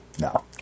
No